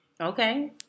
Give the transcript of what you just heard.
Okay